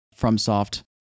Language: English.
FromSoft